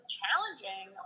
challenging